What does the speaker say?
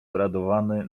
uradowany